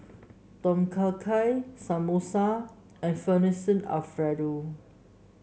Tom Kha Gai Samosa and Fettuccine Alfredo